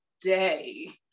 day